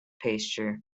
pasture